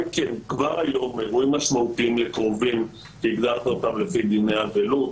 כבר היום אירועים משמעותיים לקרובים שהגדרת אותם לפי דיני אבלות,